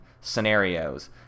scenarios